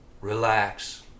relax